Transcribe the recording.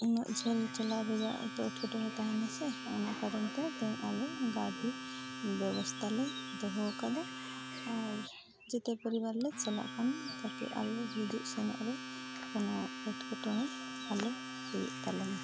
ᱩᱱᱟᱹᱜ ᱡᱷᱟᱹᱞ ᱪᱟᱞᱟᱣ ᱨᱮᱭᱟᱜ ᱮᱴᱠᱮᱴᱚᱬᱮ ᱛᱟᱦᱮᱱᱟᱥᱮ ᱚᱱᱟ ᱠᱟᱨᱚᱱ ᱛᱮ ᱛᱮᱦᱮᱧ ᱟᱞᱮ ᱜᱟᱹᱰᱤ ᱵᱮᱵᱚᱥᱛᱷᱟᱞᱮ ᱫᱚᱦᱚᱣ ᱟᱠᱟᱫᱟ ᱟᱨ ᱡᱚᱛᱚ ᱯᱚᱨᱤᱵᱟᱨ ᱞᱮ ᱪᱟᱞᱟᱜ ᱠᱟᱱᱟ ᱛᱟᱠᱤ ᱟᱞᱮ ᱦᱤᱡᱩᱜᱼᱥᱮᱱᱚᱜ ᱨᱮ ᱠᱳᱱᱳ ᱮᱴᱠᱮᱴᱚᱬᱮ ᱟᱞᱚ ᱦᱩᱭᱩᱜ ᱛᱟᱞᱮᱢᱟ